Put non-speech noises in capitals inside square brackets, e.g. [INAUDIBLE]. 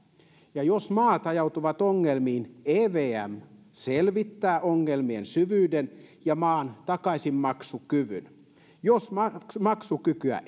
ja että jos maat ajautuvat ongelmiin evm selvittää ongelmien syvyyden ja maan takaisinmaksukyvyn jos maksukykyä [UNINTELLIGIBLE]